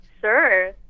Sure